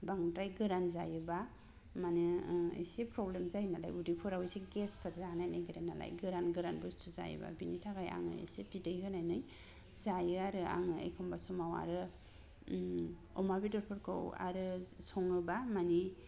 बांद्राय गोरान जायोब्ला मानो एसे प्रब्लेम जायो नालाय उदैफोराव एसे गेसफोर जानो नागिरो नालाय गोरान गोरान बुस्थु जायोब्ला बिनि थाखाय आङो एसे बिदै होनानै जायो आरो आङो एखमब्ला समाव आरो अमा बेदरफोरखौ आरो सङोब्ला मानि